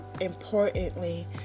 importantly